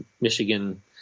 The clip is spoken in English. Michigan